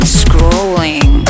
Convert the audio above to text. scrolling